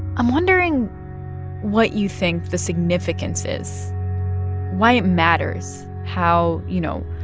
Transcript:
i'm wondering what you think the significance is why it matters how, you know,